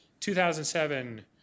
2007